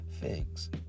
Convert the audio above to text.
figs